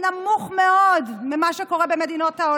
נא לסיים, בבקשה.